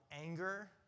anger